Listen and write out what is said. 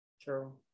True